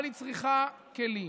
אבל היא צריכה כלים.